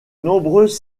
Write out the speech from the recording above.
nombreuses